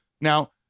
Now